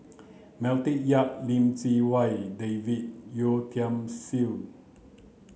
Matthew Yap Lim Chee Wai David Yeo Tiam Siew